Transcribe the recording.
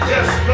Yes